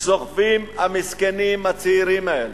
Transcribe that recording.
סוחבים המסכנים הצעירים האלה,